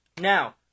Now